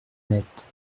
nette